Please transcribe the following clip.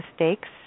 mistakes